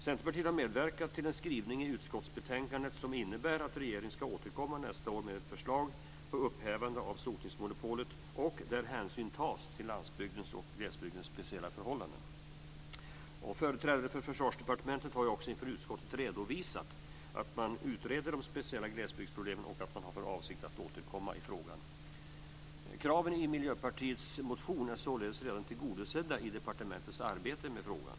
Centerpartiet har medverkat till en skrivning i utskottsbetänkandet som innebär att regeringen ska återkomma nästa år med ett förslag till upphävande av sotningsmonopolet där hänsyn tas till landsbygdens och glesbygdens speciella förhållanden. Företrädare för Försvarsdepartementet har inför utskottet redovisat att man utreder de speciella glesbygdsproblemen och att man har för avsikt att återkomma i frågan. Kraven i Miljöpartiets motion är således redan tillgodosedda i departementets arbete med frågan.